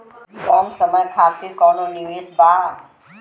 कम समय खातिर कौनो निवेश बा?